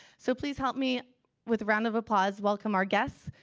so please help me with around of applause welcome our guests,